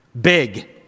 big